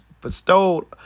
bestowed